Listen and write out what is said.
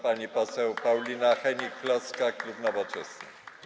Pani poseł Paulina Hennig-Kloska, klub Nowoczesna.